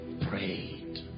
prayed